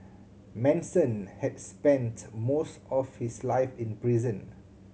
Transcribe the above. Manson had spent most of his life in prison